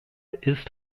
ist